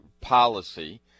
policy